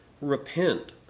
Repent